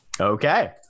Okay